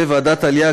ועדת העלייה,